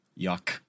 yuck